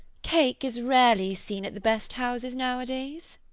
cake is rarely seen at the best houses nowadays.